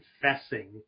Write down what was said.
confessing